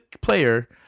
player